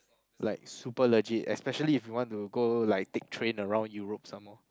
like super legit especially if you want to go like take train around Europe some more